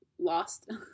Lost